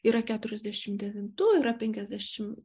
yra keturiasdešimt devintų yra penkiasdešim